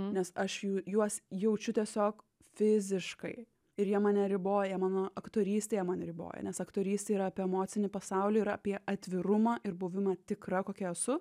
nes aš jų juos jaučiu tiesiog fiziškai ir jie mane riboja mano aktorystėje man riboja nes aktorystė yra apie emocinį pasaulį yra apie atvirumą ir buvimą tikra kokia esu